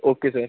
okay sir